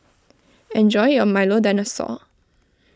ejony your Milo Dinosaur